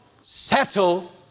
settle